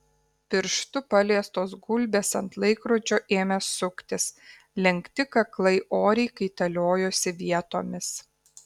pirštu paliestos gulbės ant laikrodžio ėmė suktis lenkti kaklai oriai kaitaliojosi vietomis